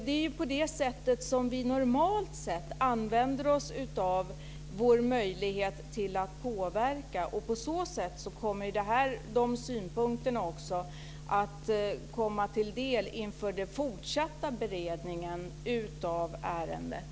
Det är ju på det sättet som vi normalt sett använder oss av vår möjlighet att påverka. På så sätt kommer dessa synpunkter också att tas med i den fortsatta beredningen av ärendet.